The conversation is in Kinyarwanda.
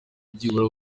byibura